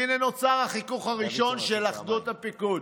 הינה נוצר החיכוך הראשון של אחדות הפיקוד.